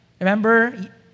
Remember